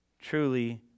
truly